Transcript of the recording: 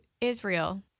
Israel